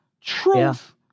truth